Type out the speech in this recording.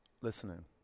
listening